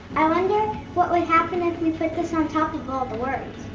i wonder what would happen if we put this on top of all the words?